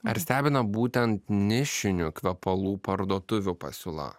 ar stebina būtent nišinių kvepalų parduotuvių pasiūla